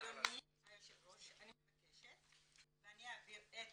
אדוני אני מבקשת, אני אעביר את